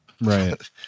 Right